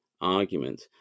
argument